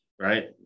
right